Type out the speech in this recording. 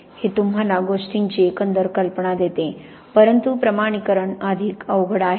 हे तुम्हाला गोष्टींची एकंदर कल्पना देते परंतु प्रमाणीकरण अधिक अवघड आहे